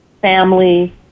family